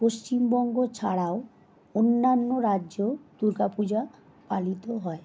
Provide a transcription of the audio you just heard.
পশ্চিমবঙ্গ ছাড়াও অন্যান্য রাজ্যেও দুর্গা পূজা পালিত হয়